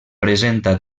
presenta